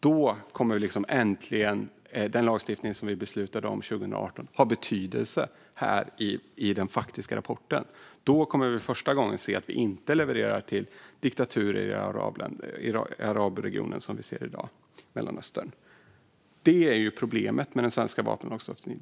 Då kommer äntligen den lagstiftning vi beslutade om 2018 att ha en betydelse i den faktiska rapporten. Då kommer vi för första gången att se att vi inte levererar till diktaturer i arabregionen, som vi kan se i dag i Mellanöstern. Detta är problemet med den svenska vapenlagstiftningen.